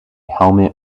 helmet